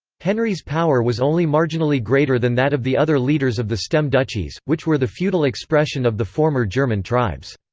henry's power was only marginally greater than that of the other leaders of the stem duchies, which were the feudal expression of the former german tribes.